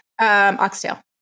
Oxtail